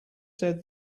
said